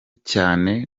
cyane